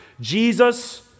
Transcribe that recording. Jesus